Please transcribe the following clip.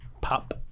Pop